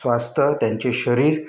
स्वास्थ्य त्यांचे शरीर